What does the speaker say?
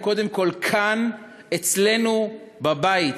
בעיני, הן קודם כול כאן, אצלנו, בבית,